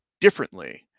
differently